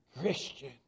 Christian